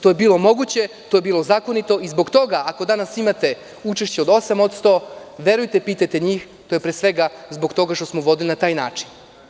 To je bilo moguće, to je bilo zakonito i zbog toga, ako danas imate učešće od 8%, verujte, pitajte njih, to je pre svega što smo vodili na taj način.